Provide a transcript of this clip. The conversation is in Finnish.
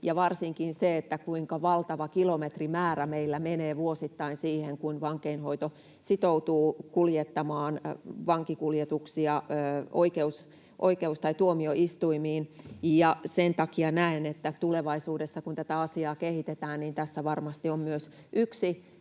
varsinkin se, kuinka valtava kilometrimäärä meillä menee vuosittain siihen, kun vankeinhoito sitoutuu kuljettamaan vankeja tuomioistuimiin. Sen takia näen, että kun tätä asiaa tulevaisuudessa kehitetään, niin tässä varmasti on myös yksi